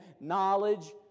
knowledge